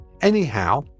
anyhow